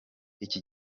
iki